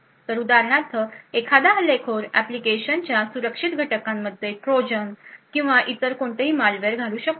तर उदाहरणार्थ एखादा हल्लेखोर एप्लीकेशनच्या सुरक्षित घटकामध्ये ट्रोजन किंवा इतर कोणतेही मालवेयर घालू शकतो